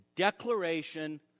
Declaration